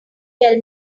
tell